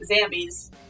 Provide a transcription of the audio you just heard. zombies